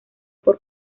por